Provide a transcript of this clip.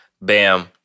Bam